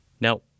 Now